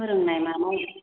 फोरोंनाय मानाय